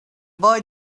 boy